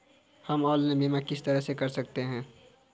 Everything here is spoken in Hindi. हम ऑनलाइन बीमा किस तरह कर सकते हैं?